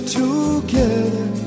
together